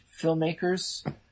filmmakers